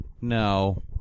No